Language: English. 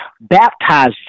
baptized